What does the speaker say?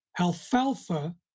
alfalfa